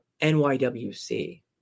NYWC